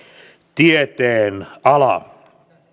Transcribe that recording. tieteenala